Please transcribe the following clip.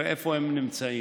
הרי איפה הם נמצאים?